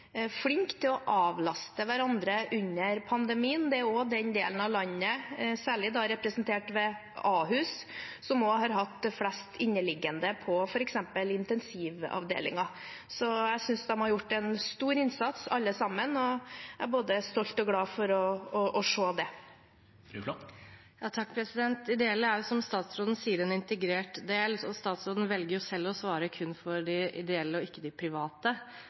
flink til å avlaste hverandre under pandemien. Det er også den delen av landet, særlig representert ved Ahus, som har hatt flest inneliggende, f.eks. på intensivavdelingen. Så jeg synes de har gjort en stor innsats alle sammen, og jeg er både stolt og glad for å se det. Ideelle er en integrert del, som statsråden sier. Statsråden velger selv å svare kun for de ideelle og ikke de private,